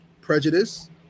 prejudice